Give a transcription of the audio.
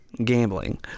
Gambling